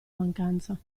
mancanza